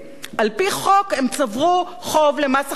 על-פי חוק הם כבר צברו חוב למס הכנסה,